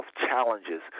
challenges